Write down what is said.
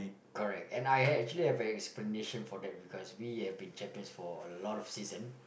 correct and I actually have an explanation for that because we have been champions for a lot of season